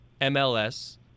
MLS